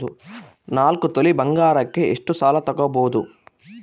ನಾಲ್ಕು ತೊಲಿ ಬಂಗಾರಕ್ಕೆ ಎಷ್ಟು ಸಾಲ ತಗಬೋದು?